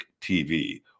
TV